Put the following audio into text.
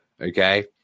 okay